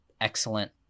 excellent